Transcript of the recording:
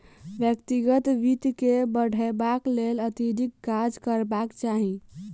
व्यक्तिगत वित्त के बढ़यबाक लेल अतिरिक्त काज करबाक चाही